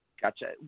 Gotcha